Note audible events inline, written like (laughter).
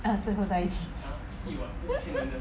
ah 最后在一起 (laughs)